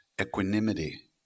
equanimity